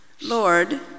Lord